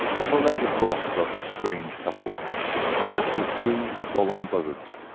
on the ledge of rock above this strange couple there stood three solemn buzzards,